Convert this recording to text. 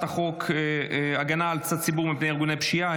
חוק הגנה על הציבור מפני ארגוני פשיעה,